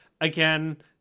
again